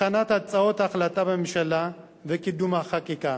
הכנת הצעות החלטה בממשלה וקידום החקיקה.